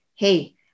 Hey